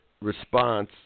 response